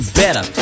better